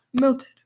melted